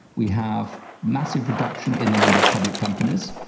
we have massive reduction in the number of public companies,